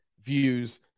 views